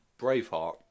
Braveheart